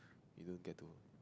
you don't get to